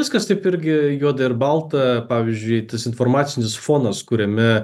viskas taip irgi juoda ir balta pavyzdžiui tas informacinis fonas kuriame